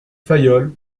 fayolle